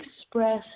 express